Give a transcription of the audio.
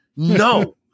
No